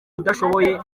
udashoboye